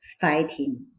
fighting